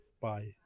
Bye